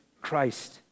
Christ